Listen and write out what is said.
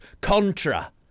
Contra